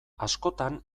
askotan